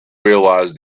realise